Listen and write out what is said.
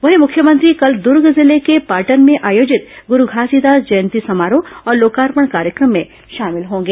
वहीं मुख्यमंत्री कल दुर्गे जिले के पाटन में आयोजित गुरू घासीदास जयंती समारोह और लोकार्पण कार्यक्रम में शामिल होंगे